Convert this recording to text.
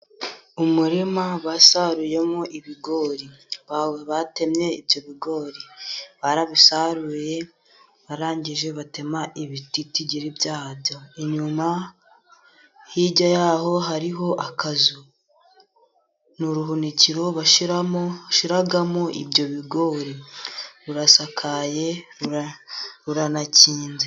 Umurima basaruyemo ibigori, batemye ibyo bigori, barabisaruye barangije batema ibititigiri byabyo. Inyuma hirya y'aho hariho akazu, ni uruhunikiro bashyiramo ibyo bigori, rurasakaye ruranakinze.